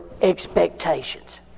Expectations